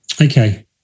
Okay